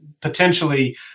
potentially